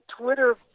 Twitter